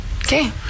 Okay